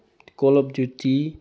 call of duty